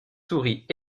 souris